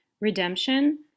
redemption